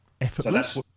Effortless